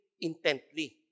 intently